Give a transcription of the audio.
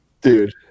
dude